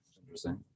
Interesting